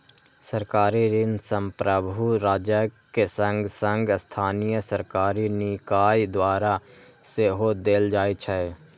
सरकारी ऋण संप्रभु राज्यक संग संग स्थानीय सरकारी निकाय द्वारा सेहो देल जाइ छै